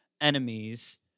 enemies